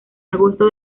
agosto